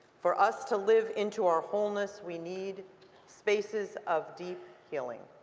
for us to live into our wholeness we need spaces of deep. healing